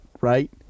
right